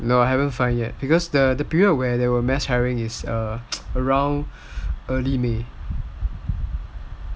no haven't find yet because the period they were mass hiring was around early may